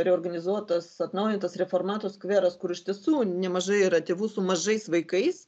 reorganizuotas atnaujintas reformatų skveras kur iš tiesų nemažai yra tėvų su mažais vaikais